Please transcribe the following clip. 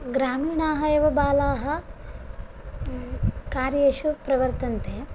ग्रामीणाः एव बालाः कार्येषु प्रवर्तन्ते